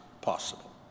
possible